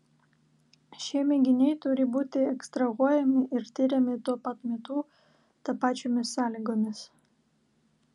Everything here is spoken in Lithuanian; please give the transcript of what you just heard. šie mėginiai turi būti ekstrahuojami ir tiriami tuo pat metu tapačiomis sąlygomis